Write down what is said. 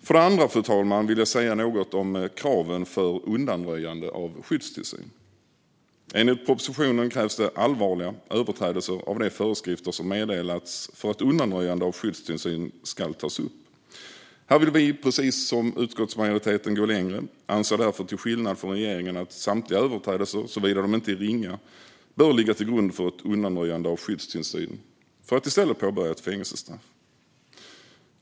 För det andra, fru talman, vill jag säga något om kraven för undanröjande av skyddstillsyn. Enligt propositionen krävs det allvarliga överträdelser av de föreskrifter som meddelats för att undanröjande av skyddstillsyn ska tas upp. Här vill vi, precis som utskottsmajoriteten, gå längre och anser därför till skillnad från regeringen att samtliga överträdelser, såvida de inte är ringa, bör ligga till grund för ett undanröjande av skyddstillsyn och för att ett fängelsestraff i stället ska påbörjas.